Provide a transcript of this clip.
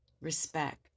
respect